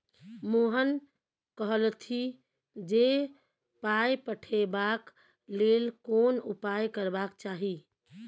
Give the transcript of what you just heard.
मोहन कहलथि जे पाय पठेबाक लेल कोन उपाय करबाक चाही